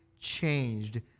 changed